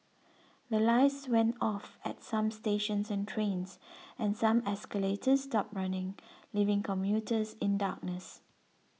the lights went off at some stations and trains and some escalators stopped running leaving commuters in darkness